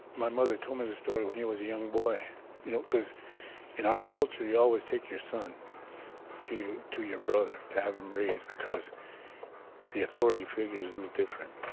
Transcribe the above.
my mother told me the story when he was a young boy you know because in our culture you always take your son to to your brother to have him raised because the authority figure is little different.